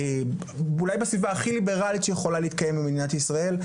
אולי בסביבה הכי ליברלית שיכולה להתקיים במדינת ישראל,